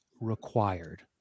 required